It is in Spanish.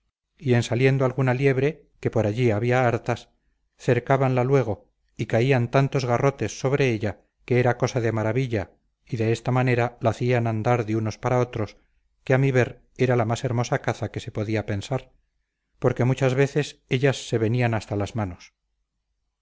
en saliendo alguna liebre que por allí había hartas cercábanla luego y caían tantos garrotes sobre ella que era cosa de maravilla y de esta manera la hacían andar de unos para otros que a mi ver era la más hermosa caza que se podía pensar porque muchas veces ellas se venían hasta las manos